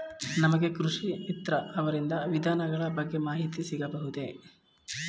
ನಮಗೆ ಕೃಷಿ ಮಿತ್ರ ಅವರಿಂದ ವಿಧಾನಗಳ ಬಗ್ಗೆ ಮಾಹಿತಿ ಸಿಗಬಹುದೇ?